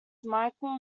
michael